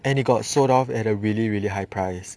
and it got sold off at a really really high price